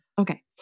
Okay